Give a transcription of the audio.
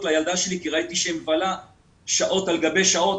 כי ראיתי שהיא מבלה שעות על גבי שעות,